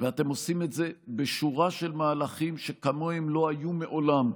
ואתם עושים את זה בשורה של מהלכים שכמוהם לא היו מעולם,